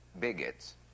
bigots